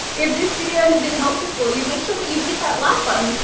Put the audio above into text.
if this video has been helpful for you, make sure that you hit that like button,